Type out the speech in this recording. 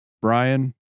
brian